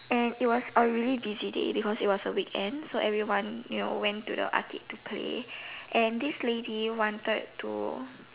and it was a really busy day because it was a week end so everyone you know went to the arcade to play and this lady wanted to